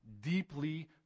deeply